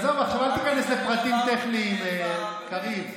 עזוב, אל תיכנס לפרטים טכניים, קריב.